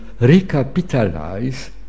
recapitalize